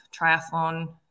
triathlon